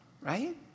right